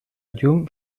llum